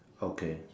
okay